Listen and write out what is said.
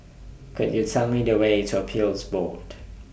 Could YOU Tell Me The Way to Appeals Board